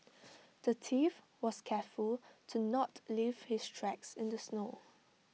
the thief was careful to not leave his tracks in the snow